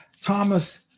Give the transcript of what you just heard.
thomas